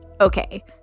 Okay